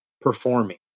performing